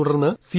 തുടർന്ന് സി